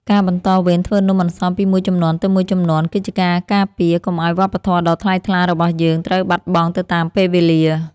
ការបន្តវេនធ្វើនំអន្សមពីមួយជំនាន់ទៅមួយជំនាន់គឺជាការការពារកុំឱ្យវប្បធម៌ដ៏ថ្លៃថ្លារបស់យើងត្រូវបាត់បង់ទៅតាមពេលវេលា។